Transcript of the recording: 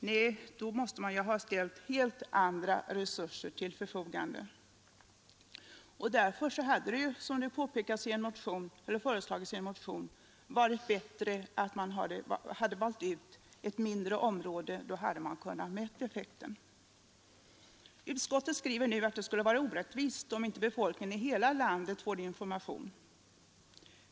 Nej, då måste man ställa helt andra resurser till förfogande. Därför hade det varit bättre — som också förslagits i en motion — att välja ut ett mindre område. Då hade man kunnat mäta effekten. Utskottet skriver nu att det skulle vara orättvist om inte befolkningen i hela landet får information.